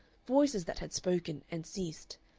voices that had spoken and ceased,